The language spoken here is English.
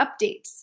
updates